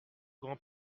grand